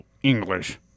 English